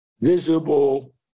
visible